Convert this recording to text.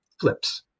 flips